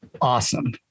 awesome